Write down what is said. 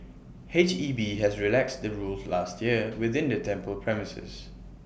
H E B has relaxed the rules last year within the temple premises